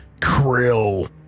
Krill